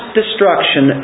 destruction